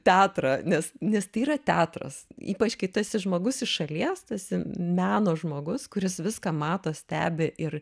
teatrą nes nes tai yra teatras ypač kai tu esi žmogus iš šalies tu esi meno žmogus kuris viską mato stebi ir